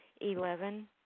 Eleven